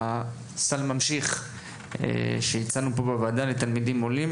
הממשיך שהצענו פה בוועדה לתלמידים עולים,